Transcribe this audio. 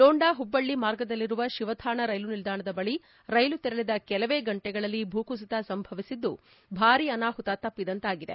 ಲೋಂಡಾ ಹುಬ್ಬಳ್ಳಿ ಮಾರ್ಗದಲ್ಲಿರುವ ಶಿವಥಾಣ ರೈಲು ನಿಲ್ದಾಣದ ಬಳಿ ರೈಲು ತೆರಳಿದ ಕೆಲವೇ ಗಂಟೆಗಳಲ್ಲಿ ಭೂಕುಸಿತ ಸಂಭವಿಸಿದ್ದು ಭಾರೀ ಅನಾಹುತ ತಪ್ಪಿದಂತಾಗಿದೆ